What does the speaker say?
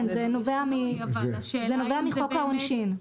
זה נובע מחוק העונשין.